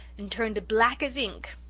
and turned black as ink.